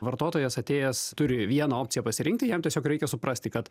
vartotojas atėjęs turi vieną opciją pasirinkti jam tiesiog reikia suprasti kad